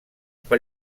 per